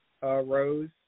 Rose